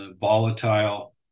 volatile